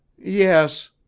Yes